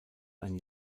ein